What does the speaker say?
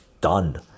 done